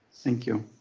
thank you.